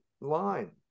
line